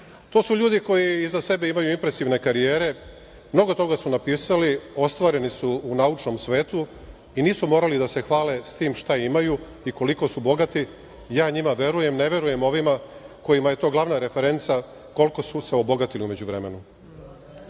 To su ljudi koji iza sebe imaju impresivne karijere. Mnogo toga su napisali, ostvareni su u naučnom svetu i nisu morali da se hvale sa tim šta imaju i koliko su bogati. Ja njima verujem, ne verujem ovima kojima je to glavna referenca koliko su se obogatili u međuvremenu. Što